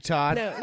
Todd